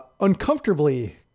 uncomfortably